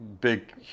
big